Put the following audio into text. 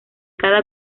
cada